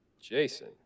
Jason